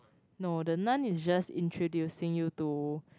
no the nun is just introducing you to